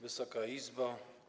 Wysoka Izbo!